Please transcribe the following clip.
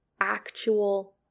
actual